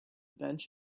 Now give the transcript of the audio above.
bench